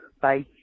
Bye